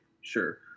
sure